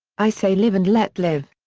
i say live and let live.